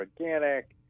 organic